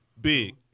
Big